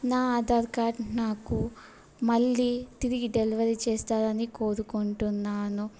నా ఆధార్ కార్డ్ నాకు మళ్ళీ తిరిగి డెలివరీ చేస్తారని కోరుకుంటున్నాను